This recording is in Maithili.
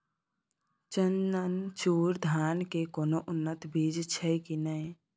चननचूर धान के कोनो उन्नत बीज छै कि नय?